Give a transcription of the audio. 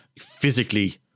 physically